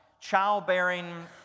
childbearing